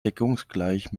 deckungsgleich